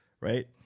right